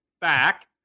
back